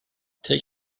tek